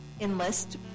enlist